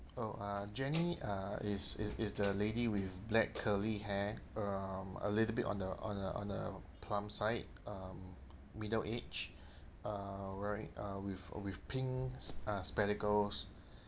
oh uh jenny uh is is is the lady with black curly hair um a little bit on the on the on the plump side um middle age uh wearing uh with with pink sp~ uh spectacles